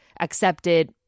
accepted